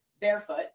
barefoot